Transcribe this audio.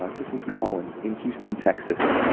like this is colin in houston, texas.